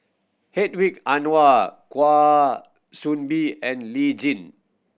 Hedwig Anuar Kwa Soon Bee and Lee Tjin